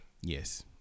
Yes